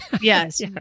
Yes